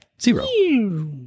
Zero